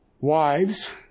Wives